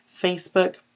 Facebook